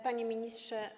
Panie Ministrze!